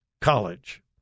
college